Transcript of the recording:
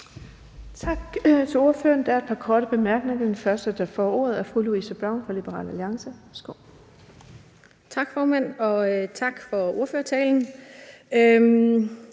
Tak til ordføreren. Der er et par korte bemærkninger. Den første, der får ordet, er fru Louise Brown fra Liberal Alliance. Værsgo. Kl.